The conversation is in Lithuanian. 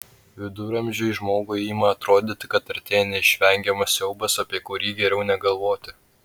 viduramžiui žmogui ima atrodyti kad artėja neišvengiamas siaubas apie kurį geriau negalvoti